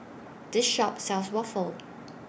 This Shop sells Waffle